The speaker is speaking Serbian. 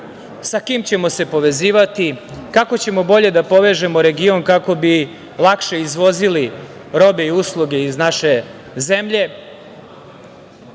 sa kim ćemo se povezivati, kako ćemo bolje da povežemo region kako bi lakše izvozili robe i usluge iz naše zemlje. Ono